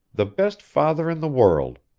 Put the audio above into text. the best father in the world.